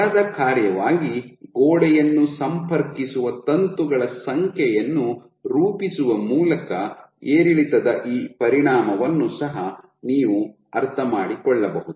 ಬಲದ ಕಾರ್ಯವಾಗಿ ಗೋಡೆಯನ್ನು ಸಂಪರ್ಕಿಸುವ ತಂತುಗಳ ಸಂಖ್ಯೆಯನ್ನು ರೂಪಿಸುವ ಮೂಲಕ ಏರಿಳಿತದ ಈ ಪರಿಣಾಮವನ್ನು ಸಹ ನೀವು ಅರ್ಥಮಾಡಿಕೊಳ್ಳಬಹುದು